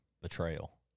betrayal